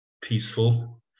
peaceful